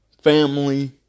family